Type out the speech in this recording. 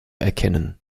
erkennen